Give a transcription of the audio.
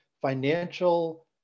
financial